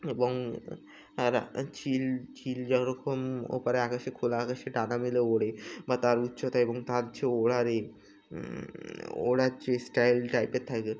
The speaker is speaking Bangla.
এবং চিল চিল যেরকম ওপারে আকাশে খোলা আকাশে ডানা মেলে ওড়ে বা তার উচ্চতা এবং তার যে ওড়ার এ ওড়ার যে স্টাইল টাইপের থাকে